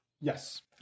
Yes